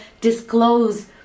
disclose